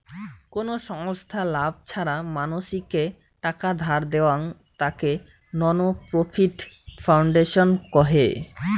কোন ছংস্থা লাভ ছাড়া মানসিকে টাকা ধার দেয়ং, তাকে নন প্রফিট ফাউন্ডেশন কহে